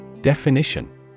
Definition